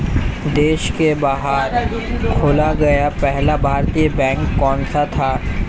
देश के बाहर खोला गया पहला भारतीय बैंक कौन सा था?